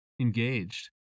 engaged